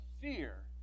fear